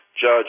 Judge